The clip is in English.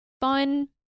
fun